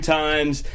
times